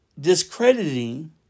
discrediting